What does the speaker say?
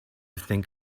think